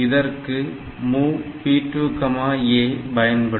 இதற்கு Mov P2 A பயன்படும்